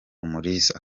umulisa